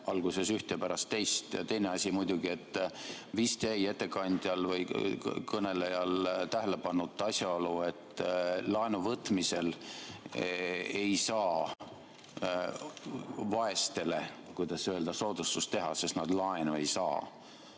alguses ühte ja pärast teist. Teine asi on muidugi, et vist jäi kõnelejal tähelepanuta asjaolu, et laenuvõtmisel ei saa vaestele, kuidas öelda, soodustust teha, sest nad laenu ei saa.